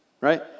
right